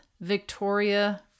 Victoria